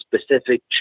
specific